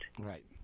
Right